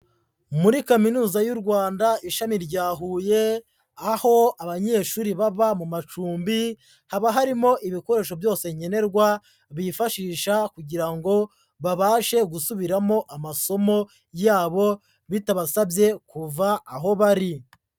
Muri kaminuza y'u Rwanda ishami rya Huye, aho abanyeshuri baba mu macumbi, haba harimo ibikoresho byose nkenerwa, bifashisha kugira ngo babashe gusubiramo amasomo yabo bitabasabye kuva aho bari.